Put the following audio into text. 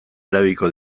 erabiliko